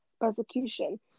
persecution